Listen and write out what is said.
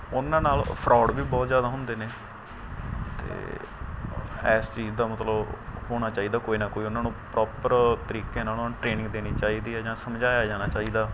ਉਨ੍ਹਾਂ ਨਾਲ ਫਰੋਡ ਵੀ ਬਹੁਤ ਜ਼ਿਆਦਾ ਹੁੰਦੇ ਨੇ ਅਤੇ ਇਸ ਚੀਜ਼ ਦਾ ਮਤਲਬ ਹੋਣਾ ਚਾਹੀਦਾ ਕੋਈ ਨਾ ਕੋਈ ਉਨ੍ਹਾਂ ਨੂੰ ਪ੍ਰੋਪਰ ਤਰੀਕੇ ਨਾਲ ਉਨ੍ਹਾਂ ਨੂੰ ਟ੍ਰੇਨਿੰਗ ਦੇਣੀ ਚਾਹੀਦੀ ਹੈ ਜਾਂ ਸਮਝਾਇਆ ਜਾਣਾ ਚਾਹੀਦਾ